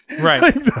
right